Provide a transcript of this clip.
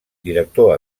director